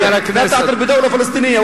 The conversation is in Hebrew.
לא מכירה במדינה פלסטינית,